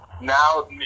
Now